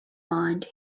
mind